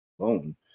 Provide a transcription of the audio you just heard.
alone